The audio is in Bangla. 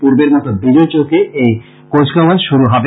পূর্বের মতো বিজয় চৌকে এই কৃচকাওয়াজ শুরু হবে